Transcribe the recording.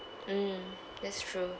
mm that's true